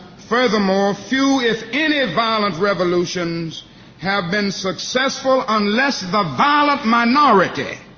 furthermore, few, if any, violent revolutions have been successful unless the violent minority